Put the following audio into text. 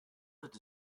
wird